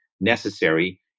necessary